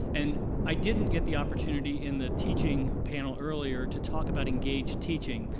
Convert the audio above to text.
and i didn't get the opportunity in the teaching panel earlier to talk about engaged teaching.